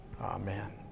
Amen